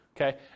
okay